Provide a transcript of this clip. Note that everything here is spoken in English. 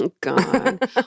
God